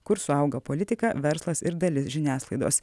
kur suauga politika verslas ir dalis žiniasklaidos